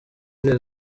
rayon